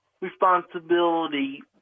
responsibility